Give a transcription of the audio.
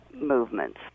movements